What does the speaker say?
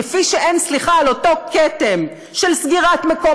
כפי שאין סליחה על אותו כתם של סגירת מקום